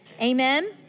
Amen